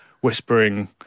whispering